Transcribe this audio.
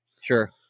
Sure